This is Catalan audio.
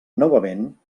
novament